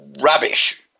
rubbish